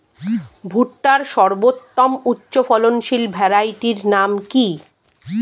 ভুট্টার সর্বোত্তম উচ্চফলনশীল ভ্যারাইটির নাম কি?